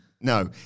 No